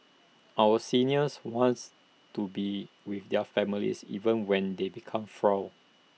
our seniors wants to be with their families even when they become frail